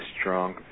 strong